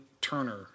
Turner